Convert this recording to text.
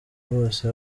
bose